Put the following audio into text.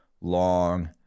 long